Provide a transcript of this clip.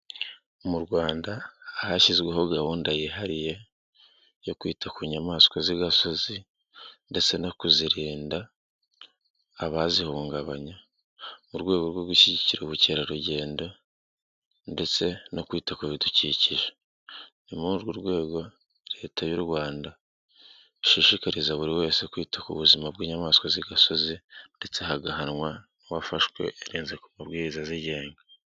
Mu Rwanda hashyizweho gahunda yihariye yo kwita ku nyamaswa z'igasozi ndetse no kuzirinda abazihungabanya mu rwego rwo gushyigikira ubukerarugendo ndetse no kwita ku bidukikije. Ni muri urwo rwego leta y'u Rwanda ishishikariza buri wese kwita ku buzima bw'inyamaswa z'igasozi ndetse hagahanwa n'uwafashwe arenze ku mabwiriza azigenga.